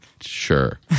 sure